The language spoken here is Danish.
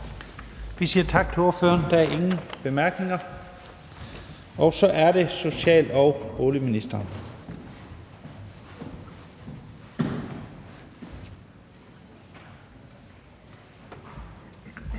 Vi siger tak til ordføreren. Der er ingen korte bemærkninger. Så er det social- og boligministeren.